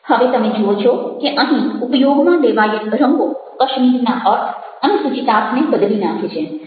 હવે તમે જુઓ છો કે અહીં ઉપયોગમાં લેવાયેલ રંગો કશ્મીરના અર્થ અને સૂચિતાર્થને બદલી નાખે છે